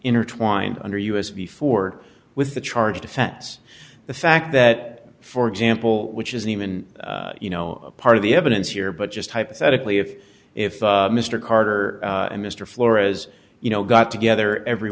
intertwined under us before with the charged offense the fact that for example which isn't even you know part of the evidence here but just hypothetically if if mr carter and mr flores you know got together every